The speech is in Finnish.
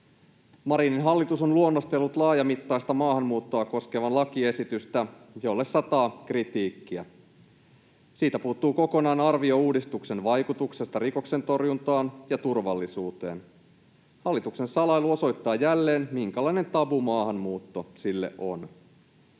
Marinin hallitus on luonnostellut laajamittaista maahanmuuttoa koskevaa lakiesitystä, jolle sataa kritiikkiä. Siitä puuttuu kokonaan arvio uudistuksen vaikutuksesta rikoksentorjuntaan ja turvallisuuteen. Hallituksen salailu osoittaa jälleen, minkälainen tabu maahanmuutto sille on.